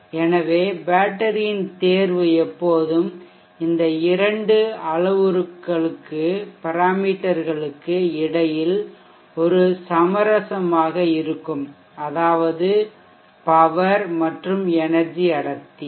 எனவே பேட்டரியின் தேர்வு எப்போதும் இந்த இரண்டு அளவுருக்களுக்கு இடையில் ஒரு சமரசமாக இருக்கும் அதாவது பவர் மற்றும் எனெர்ஜி அடர்த்தி